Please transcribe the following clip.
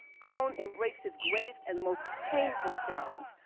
cone embraced his greatest and most painful challenge,